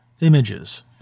images